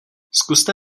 zkuste